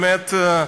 באמת,